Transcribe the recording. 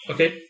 Okay